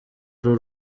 uru